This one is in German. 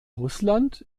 russland